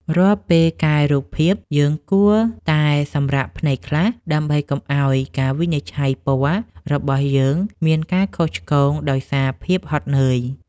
រាល់ពេលកែរូបភាព យើងគួរតែសម្រាកភ្នែកខ្លះ ដើម្បីកុំឱ្យការវិនិច្ឆ័យពណ៌របស់យើងមានការខុសឆ្គងដោយសារភាពហត់នឿយ។